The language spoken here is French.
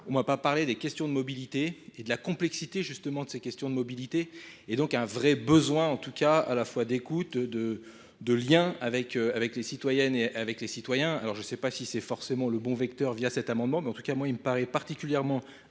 justement, de ces questions de mobilité justement de ces questions de mobilité et donc un vrai besoin en tout cas à la fois d'écoute de lien avec les citoyennes et avec les citoyens alors je ne sais pas si c'est forcément le bon vecteur via cet amendement mais en tout cas, moi, il me paraît particulièrement